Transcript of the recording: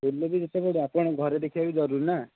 ସ୍କୁଲ୍ରେ ବି ଯେତେ ପଢ଼ୁ ଆପଣ ଘରେ ଦେଖିବା ବି ଜରୁରୀ ନା